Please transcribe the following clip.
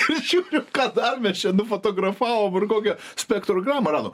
ir žiūriu ką dar mes čia nufotografavom ir kokią spektrų gramą radom